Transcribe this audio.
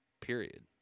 period